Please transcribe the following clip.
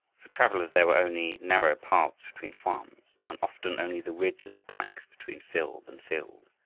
for travelers there were only narrow paths between farms, and often only the ridge of the dykes between field and field.